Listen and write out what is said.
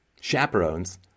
chaperones